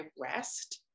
rest